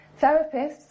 Therapists